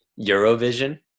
Eurovision